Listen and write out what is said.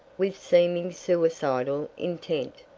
with seeming suicidal intent.